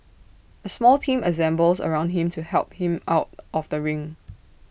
A small team assembles around him to help him out of the ring